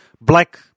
black